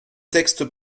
textes